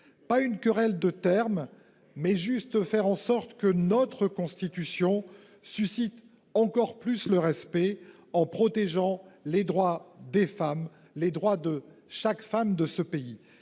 pas d’une querelle de terme. Il s’agit juste de faire en sorte que notre constitution suscite encore plus le respect en protégeant les droits des femmes, de chaque femme, de ce pays.